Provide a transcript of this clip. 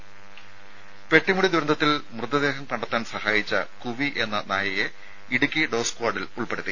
രേര പെട്ടിമുടി ദുരന്തത്തിൽ മൃതദേഹം കണ്ടെത്താൻ സഹായിച്ച കുവി യെന്ന നായയെ ഇടുക്കി ഡോഗ് സ്ക്വാഡിൽ ഉൾപ്പെടുത്തി